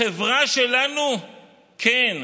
החברה שלנו כן.